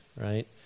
Right